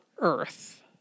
earth